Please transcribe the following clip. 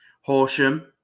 Horsham